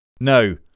No